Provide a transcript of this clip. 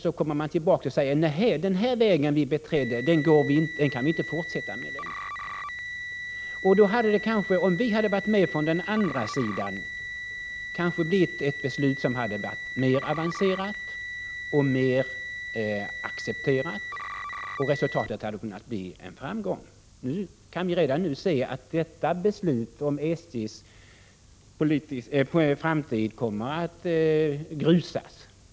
Då kommer man tillbaka och säger: Nej, den väg som vi beträdde kan vi inte fortsätta på. Om vi från den andra sidan hade varit med, hade det kanske blivit ett beslut som varit med avancerat och blivit mer accepterat, och resultatet hade då kunnat bli en framgång. Nu kan vi redan se att förhoppningarna om SJ:s framtid kommer att grusas.